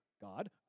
God